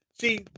See